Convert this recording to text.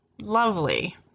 lovely